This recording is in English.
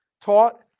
taught